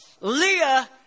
Leah